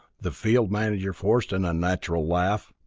the field manager forced an unnatural laugh.